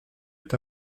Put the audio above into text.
est